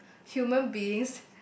human beings